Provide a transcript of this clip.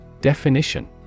Definition